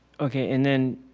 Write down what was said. okay. and then,